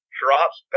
drops